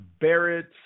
Barrett